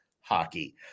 hockey